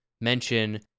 mention